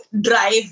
drive